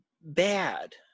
bad